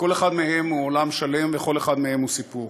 כל אחד מהם הוא עולם שלם, וכל אחד מהם הוא סיפור.